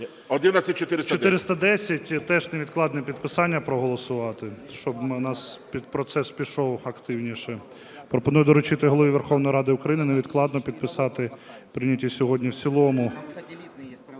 11410 теж невідкладне підписання проголосувати, щоб у нас процес пішов активніше. Пропоную доручити Голові Верховної Ради України невідкладно підписати прийнятий сьогодні в цілому